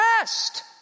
rest